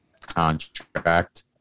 contract